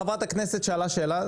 חברת הכנסת שאלה שאלה,